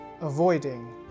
avoiding